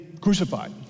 crucified